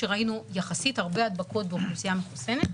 שראינו יחסית הרבה הדבקות באוכלוסייה מחוסנת,